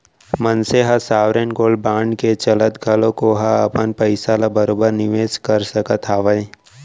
मनसे ह sovereign gold bond के चलत घलोक ओहा अपन पइसा ल बरोबर निवेस कर सकत हावय